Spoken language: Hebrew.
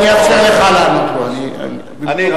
אני אאפשר לך לענות לו במקום השר.